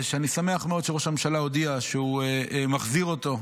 ואני שמח מאוד שראש הממשלה הודיע שהוא מחזיר אותו,